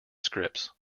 scripts